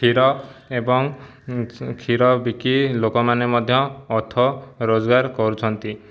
କ୍ଷୀର ଏବଂ କ୍ଷୀର ବିକି ଲୋକମାନେ ମଧ୍ୟ ଅର୍ଥ ରୋଜଗାର କରୁଛନ୍ତି